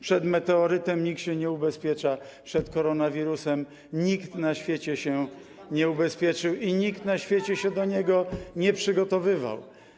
Przed meteorytem nikt się nie ubezpiecza, przed koronawirusem nikt na świecie się nie ubezpieczył i nikt na świecie się do niego nie przygotowywał.